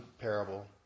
parable